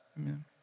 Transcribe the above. Amen